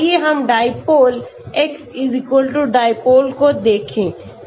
तो आइए हम dipole x dipole को देखें